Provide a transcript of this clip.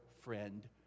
friend